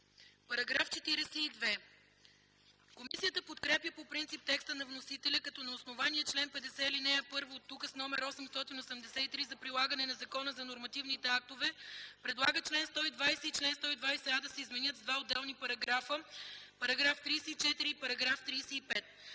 Параграф 42. Комисията подкрепя по принцип текста на вносителя, като на основание чл. 50, ал. 1 от Указ № 883 за прилагане на Закона за нормативните актове предлага чл. 120 и чл. 120а да се изменят с два отделни параграфа –§ 34 и § 35.